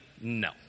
No